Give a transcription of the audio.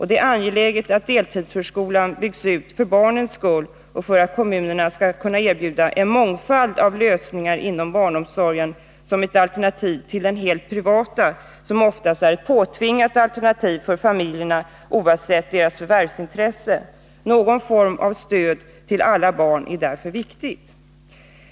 Det är angeläget att deltidsförskolan byggs ut för barnens skull och för att kommunerna skall kunna erbjuda en mångfald av lösningar inom barnomsorgen som alternativ till den helt privata, som ofta är ett alternativ som påtvingats föräldrarna, oavsett deras förvärvsintresse. Någon form av stöd till alla barn är därför viktigt.